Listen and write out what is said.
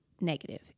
negative